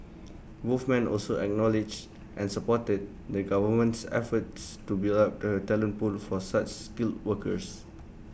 both men also acknowledged and supported the government's efforts to build up the talent pool for such skilled workers